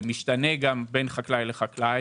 זה משתנה גם בין חקלאי לחקלאי,